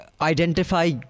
identify